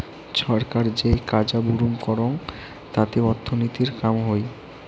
ছরকার যেই কাজা বুরুম করং তাতি অর্থনীতির কাম হই